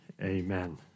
amen